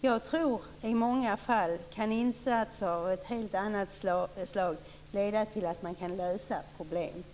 Jag tror att insatser av helt annat slag i många fall kan leda till att man kan lösa problemen.